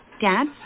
Dad